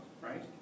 right